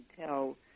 tell